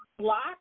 block